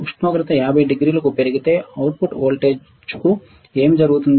ఉష్ణోగ్రత 50 డిగ్రీలకు పెరిగితే అవుట్పుట్ వోల్టేజ్కు ఏమి జరుగుతుంది